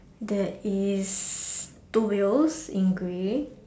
there is two wheels in grey